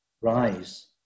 Rise